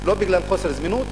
לא בגלל חוסר זמינות,